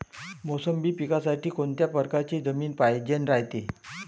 मोसंबी पिकासाठी कोनत्या परकारची जमीन पायजेन रायते?